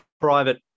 private